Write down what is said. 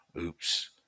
oops